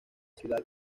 ciudad